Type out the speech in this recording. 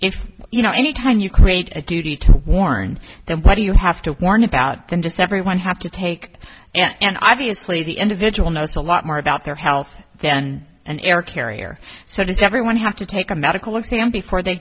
m you know any time you create a duty to warn them but do you have to warn about can just everyone have to take and obviously the individual knows a lot more about their health than an air carrier so does everyone have to take a medical exam before they